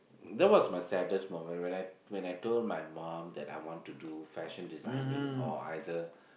that was my saddest moment when I when I told my mum that I want to do fashion designing or either